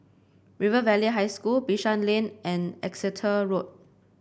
River Valley High School Bishan Lane and Exeter Road